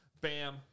Bam